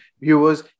viewers